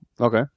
Okay